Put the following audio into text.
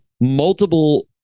multiple